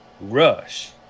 Rush